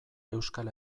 euskal